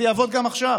זה יעבוד גם עכשיו.